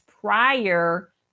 prior